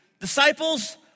disciples